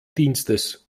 dienstes